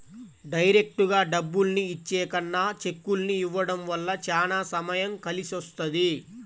డైరెక్టుగా డబ్బుల్ని ఇచ్చే కన్నా చెక్కుల్ని ఇవ్వడం వల్ల చానా సమయం కలిసొస్తది